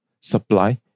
supply